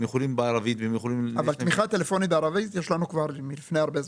אבל תמיכה טלפונית בערבית יש לנו כבר מלפני הרבה זמן.